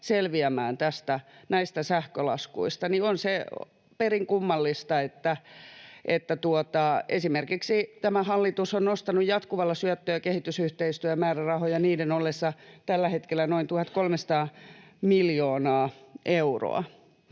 selviämään näistä sähkölaskuista, niin on se perin kummallista, että esimerkiksi tämä hallitus on nostanut jatkuvalla syötöllä kehitysyhteistyömäärärahoja niiden ollessa tällä hetkellä noin 1 300 miljoonaa euroa.